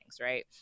right